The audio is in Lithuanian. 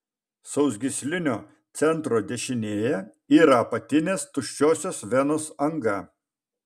sausgyslinio centro dešinėje yra apatinės tuščiosios venos anga